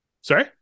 Sorry